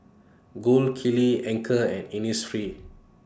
Gold Kili Anchor and Innisfree